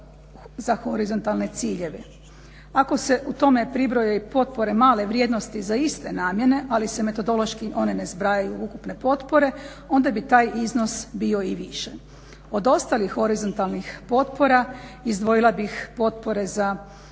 za horizontalne ciljeve. Ako se tome pribroje potpore male vrijednosti za iste namjene ali se metodološki one ne zbrajaju u ukupne potpore onda bi taj iznos bio i više. Od ostalih horizontalnih potpora izdvojila bih potpore za